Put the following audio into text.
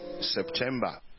September